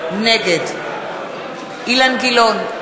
נגד אילן גילאון,